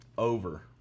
Over